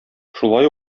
шулай